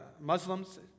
Muslims